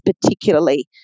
particularly